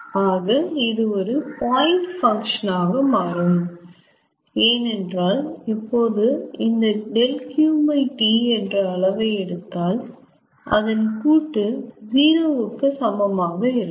ஆக இது ஒரு பாயிண்ட் பங்க்ஷன் ஆக மாறும் ஏனென்றால் இப்போது நான் இந்த 𝛿𝑄T என்ற அளவை எடுத்தால் அதன் கூட்டு 0 கு சமமாக இருக்கும்